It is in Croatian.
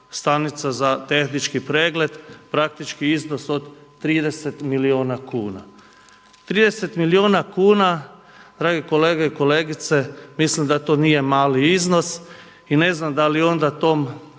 stanica za tehnički pregled, praktički iznos od 30 milijuna kuna. 30 milijuna kuna, dragi kolege i kolegice, mislim da to nije mali iznos i ne znam da li onda tom